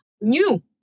new